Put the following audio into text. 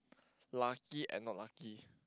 lucky and not lucky